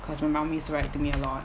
cause my mum used to write to me a lot